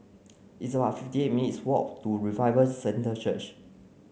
it's about fifty eight minutes' walk to Revival Centre Church